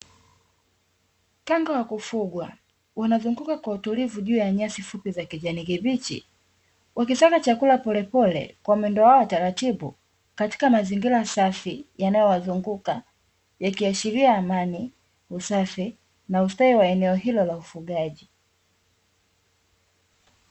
Kanga wa kufugwa wanazunguka kwa utulivu juu ya nyasi fupi za kijani kibichi, wakisaka chakula polepole kwa mwendo wao wa taratibu katika mazingira safi yanayowazunguka, yakiashiria amani, usafi na ustawi wa eneo hilo la ufugaji.